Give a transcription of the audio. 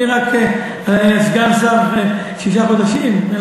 אני סגן שר רק כשישה חודשים.